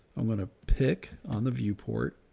i'm going to pick on the viewport